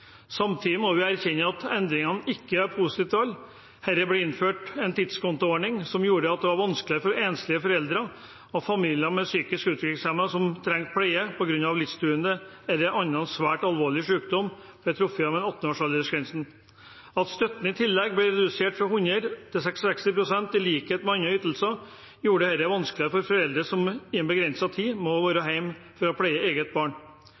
Samtidig må vi erkjenne at endringene ikke er positive for alle. Det ble innført en tidskontoordning som gjorde det vanskeligere for enslige foreldre og familier med psykisk utviklingshemmede barn som trenger pleie på grunn av livstruende eller annen svært alvorlig sykdom, idet de ble truffet av 18-årsaldersgrensen. At støtten i tillegg ble redusert fra 100 pst. til 66 pst. i likhet med andre ytelser, gjorde dette vanskeligere for foreldre som i en begrenset tid må være hjemme for å pleie eget barn.